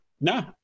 No